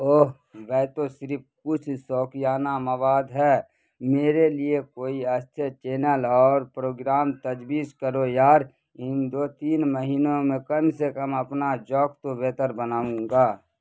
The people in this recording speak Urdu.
اوہ وہ تو صرف کچھ شوقیانہ مواد ہے میرے لیے کوئی اچھے چینل اور پروگرام تجویز کرو یار ان دو تین مہینوں میں کم سے کم اپنا ذوق تو بہتر بناؤں گا